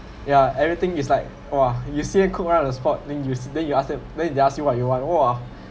ya everything is like !wah! you see them cook right on the spot then you s~ then you ask them then they ask you what you want !wah!